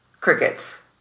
Crickets